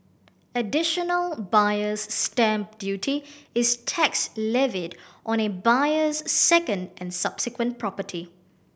Additional Buyer's Stamp Duty is tax levied on a buyer's second and subsequent property